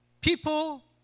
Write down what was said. People